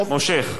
מושך?